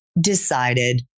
decided